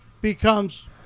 becomes